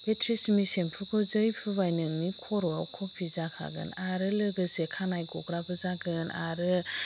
बे ट्रेजेम्मे सेम्पुखौ जै फुनबाय नोंनि खर'आव खावफि जाखागोन आरो लोगोसे खानाय ग'ग्राबो जागोन आरो